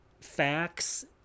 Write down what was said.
facts